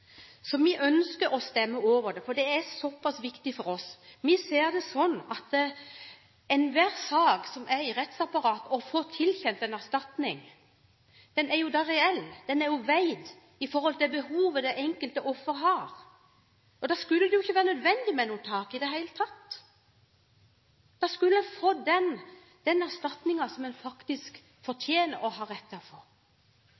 så vi ønsker å stemme over det – det er så pass viktig for oss. Vi ser det sånn at i enhver sak i rettsapparatet der noen får tilkjent en erstatning, er erstatningen reell. Den er veid opp mot behovet det enkelte offer har, og da skulle det ikke være nødvendig med noe tak i det hele tatt. Ofrene skulle få den erstatningen de faktisk fortjener og har rett til å få. Utgangspunktet for